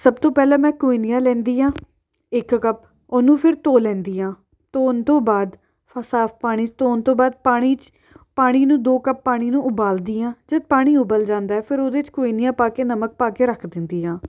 ਸਭ ਤੋਂ ਪਹਿਲਾਂ ਮੈਂ ਕੋਈਨੀਆ ਲੈਂਦੀ ਹਾਂ ਇੱਕ ਕੱਪ ਉਹਨੂੰ ਫਿਰ ਧੋ ਲੈਂਦੀ ਹਾਂ ਧੋਣ ਤੋਂ ਬਾਅਦ ਸਾਫ਼ ਪਾਣੀ 'ਚ ਧੋਣ ਤੋਂ ਬਾਅਦ ਪਾਣੀ 'ਚ ਪਾਣੀ ਨੂੰ ਦੋ ਕੱਪ ਪਾਣੀ ਨੂੰ ਉਬਾਲਦੀ ਹਾਂ ਜਦ ਪਾਣੀ ਉਬਲ ਜਾਂਦਾ ਫਿਰ ਉਹਦੇ 'ਚ ਕੋਈਨੀਆਂ ਪਾ ਕੇ ਨਮਕ ਪਾ ਕੇ ਰੱਖ ਦਿੰਦੀ ਹਾਂ